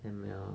M_L ah